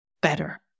better